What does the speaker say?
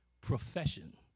profession